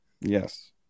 Yes